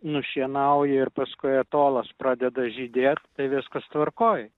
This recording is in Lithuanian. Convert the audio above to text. nušienauja ir paskui atolas pradeda žydėt tai viskas tvarkoj